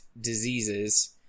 diseases